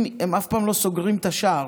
הם אף פעם לא סוגרים את השער,